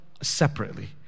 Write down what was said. separately